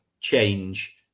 change